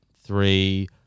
three